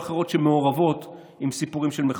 אחרות שמעורבות עם סיפורים של מחבלים,